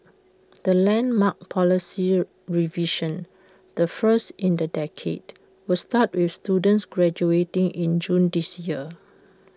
the landmark policy revision the first in the decade will start with students graduating in June this year